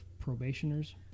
probationers